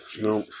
No